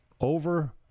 over